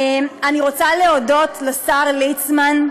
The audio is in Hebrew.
אני רוצה להודות לשר ליצמן,